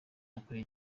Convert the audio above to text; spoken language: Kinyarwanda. bakoreye